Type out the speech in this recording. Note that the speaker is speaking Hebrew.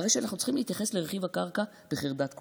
הרי שאנחנו צריכים להתייחס לרכיב הקרקע בחרדת קודש.